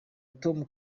tom